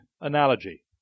Analogy